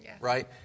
Right